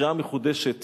קריאה מחודשת